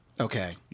Okay